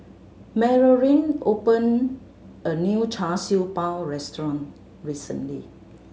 Marolyn opened a new Char Siew Bao restaurant recently